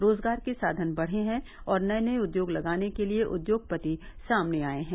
रोजगार के साधन बढ़े हैं और नए नए उद्योग लगाने के लिए उद्योगपति सामने आए हैं